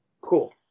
Cool